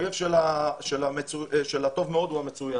האויב של הטוב מאוד הוא המצוין